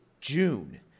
June